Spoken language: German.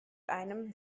einem